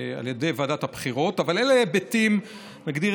על ידי ועדת הבחירות, אבל אלה היבטים טקטיים,